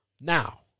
Now